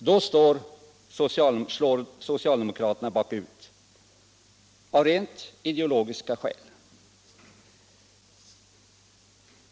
Då slår socialdemokraterna bakut — av rent ideologiska skäl.